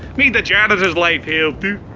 made the janitor's life hell too.